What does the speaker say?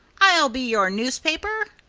i'll be your newspaper!